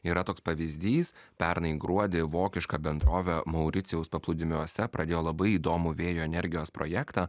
yra toks pavyzdys pernai gruodį vokiška bendrovė mauricijaus paplūdimiuose pradėjo labai įdomų vėjo energijos projektą